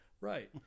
Right